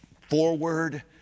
forward